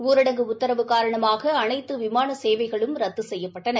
ஊரடங்கு உத்தரவு காரணமாக அனைத்து விமான சேவைகளும் ரத்து செய்யப்பட்டன